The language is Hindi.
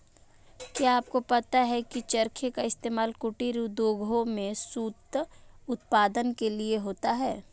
क्या आपको पता है की चरखे का इस्तेमाल कुटीर उद्योगों में सूत उत्पादन के लिए होता है